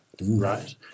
right